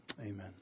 Amen